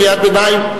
בקריאת ביניים.